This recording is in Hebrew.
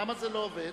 למה זה לא עובד?